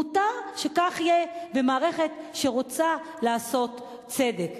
מותר שכך יהיה במערכת שרוצה לעשות צדק.